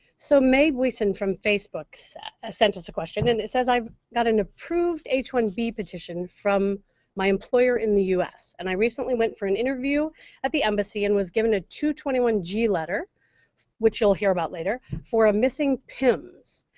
so mae from facebook so ah sent us a questions and it says, i've got an approved h one b petition from my employer in the u s, and i recently went for an interview at the embassy and was given a two twenty one g letter which you'll hear about later for a missing pims.